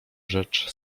rzecz